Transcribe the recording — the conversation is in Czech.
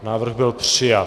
Návrh byl přijat.